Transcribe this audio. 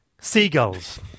Seagulls